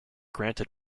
granted